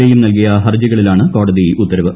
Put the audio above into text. എയും നൽകിയ്ഹർജികളിലാണ് കോടതി ഉത്തരവ്